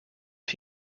phd